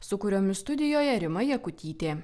su kuriomis studijoje rima jakutytė